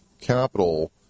capital